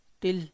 Till